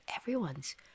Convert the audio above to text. everyone's